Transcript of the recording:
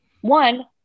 One